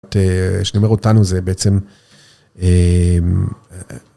כשאני אומר אותנו זה בעצם.